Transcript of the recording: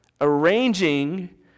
arranging